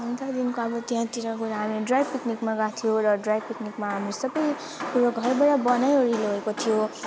अनि त्यहाँदेखिको अब त्यहाँ गएर हामी ड्राई पिक्निकमा गएको थियौँ र ड्राई पिक्निकमा हामीहरू सबै कुरो घरबाट बनाइवरीको ल्याएको थियौँ